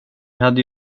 hade